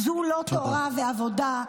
זו לא תורה ועבודה.